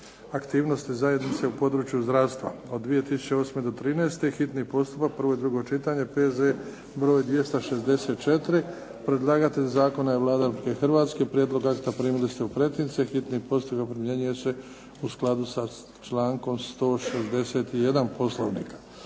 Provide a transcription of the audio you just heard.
aktivnosti zajednice u području zdravstva (2008.-2013.), hitni postupak, prvo i drugo čitanje, P.Z.E. broj 264 Predlagatelj zakona je Vlada Republike Hrvatske. Prijedlog akta primili ste u pretince. Hitni postupak primjenjuje se u skladu sa člankom 161. Poslovnika.